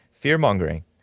Fear-mongering